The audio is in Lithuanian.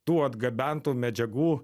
tų atgabentų medžiagų